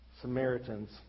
Samaritans